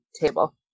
table